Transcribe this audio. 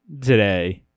today